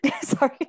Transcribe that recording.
Sorry